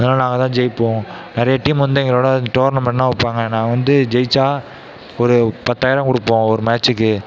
ஆனால் நாங்கள் தான் ஜெயிப்போம் நிறைய டீம் வந்து எங்களோட டோர்னமெண்ட்ன்னா வைப்பாங்க நாங்கள் வந்து ஜெயிச்சால் ஒரு பத்தாயிரம் கொடுப்போம் ஒரு மேட்சிக்கு